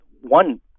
one